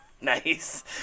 Nice